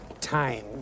time